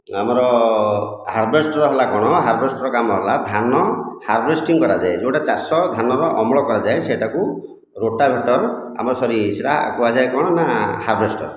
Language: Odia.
ଆମର ହାର୍ବେଷ୍ଟର ହେଲା କ'ଣ ହାର୍ବେଷ୍ଟର କାମ ହେଲା ଧାନ ହାର୍ବେଷ୍ଟିଙ୍ଗ କରାଯାଏ ଯେଉଁଟା ଚାଷ ଧାନର ଅମଳ କରାଯାଏ ସେହିଟାକୁ ରୋଟଭେଟର ଆମର ସରି ସେହିଟା କୁହାଯାଏ କ'ଣ ନା ହାର୍ବେଷ୍ଟର